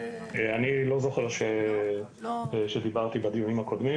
אני לא זוכר שדיברתי בדיונים הקודמים,